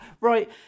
right